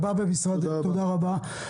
תודה רבה.